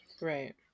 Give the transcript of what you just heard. Right